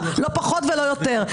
לא פחות ולא יותר.